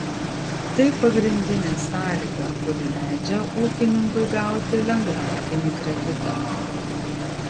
tai pagrindinė sąlyga kuri leidžia ūkininkui gauti lengvatinį kreditą